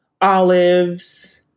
olives